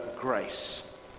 grace